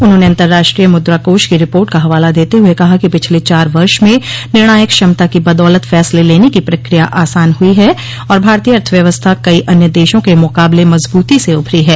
उन्होंने अंतराष्ट्रीय मुद्रा कोष की रिपोर्ट का हवाला देते हुए कहा कि पिछले चार वर्ष में निर्णायक क्षमता की बदौलत फैसले लेने को प्रक्रिया आसान हुइ है और भारतीय अथव्यवस्था कई अन्य देशों के मुकाबले मजबूती से उभरी है